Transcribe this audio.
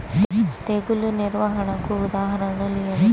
తెగులు నిర్వహణకు ఉదాహరణలు ఏమిటి?